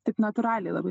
taip natūraliai labai